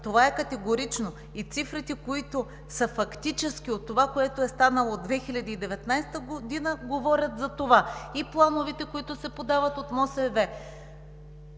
Това е категорично! И цифрите, които са фактически от това, което е станало през 2019 г., говорят за това, и плановете, които се подават от МОСВ.